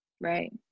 Right